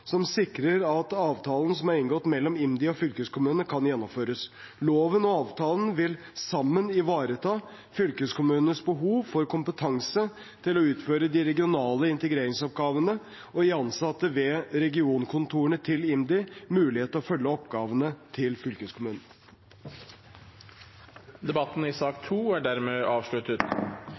som sikrer at avtalen som er inngått mellom IMDi og fylkeskommunene, kan gjennomføres. Loven og avtalen vil sammen ivareta fylkeskommunenes behov for kompetanse til å utføre de regionale integreringsoppgavene og gi ansatte ved regionkontorene til IMDi mulighet til å følge oppgavene til fylkeskommunen. Flere har ikke bedt om ordet til sak nr. 2. Jeg skal være kortfattet. Det er